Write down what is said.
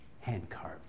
hand-carved